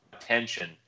attention